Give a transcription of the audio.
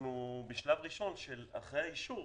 אנחנו בשלב ראשון, של אחרי האישור,